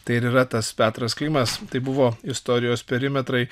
tai ir yra tas petras klimas tai buvo istorijos perimetrai